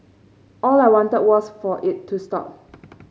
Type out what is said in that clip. all I wanted was for it to stop